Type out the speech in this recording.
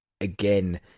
again